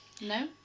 No